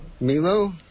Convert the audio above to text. Milo